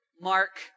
mark